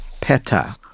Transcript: PETA